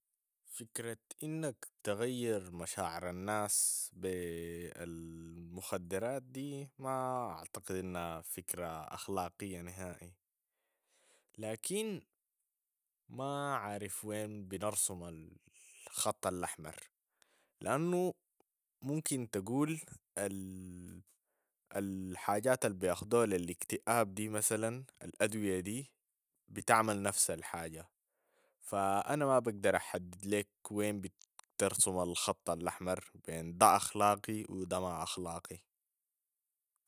فكرة انك تغير مشاعر الناس بالمخدرات دي ما اعتقد انها فكرة اخلاقية نهائي، لكن ما عارف وين بنرسم ال- خطة الاحمر، لانو ممكن تقول الحاجات البياخدوها للاكتئاب دي مثلا الادوية دي بتعمل نفس الحاجة، فانا ما بقدر احدد لك وين بترسم الخطة الأحمر بين ده أخلاقي و ده ما أخلاقي.